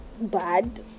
bad